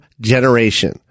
generation